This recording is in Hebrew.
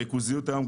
הריכוזיות היום,